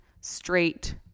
straight